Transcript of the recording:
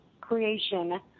creation